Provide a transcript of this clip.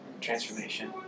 transformation